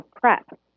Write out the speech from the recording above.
PrEP